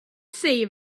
see